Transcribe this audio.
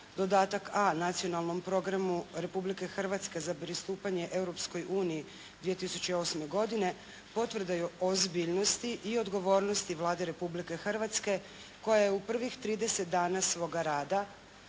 dodatak A Nacionalnom programu Republike Hrvatske za pristupanje Europskoj uniji 2008. godine potvrda ozbiljnosti i odgovornosti Vlade Republike Hrvatske koja je u prvih trideset dana svoga rada